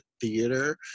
theater